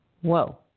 Whoa